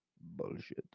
bullshit